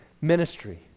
ministry